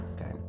okay